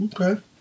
Okay